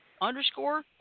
underscore